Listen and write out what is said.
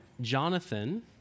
Jonathan